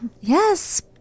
Yes